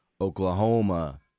Oklahoma